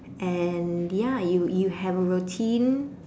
and ya you you have routine